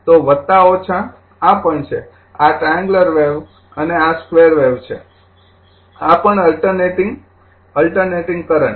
તો આ પણ છે આ ટ્રાઈએંગૂલર વેવ અને આ સ્કેવેર વેવ છે આ પણ અલ્ટરનેટિંગ અલ્ટરનેટિંગ કરંટ